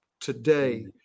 today